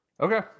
okay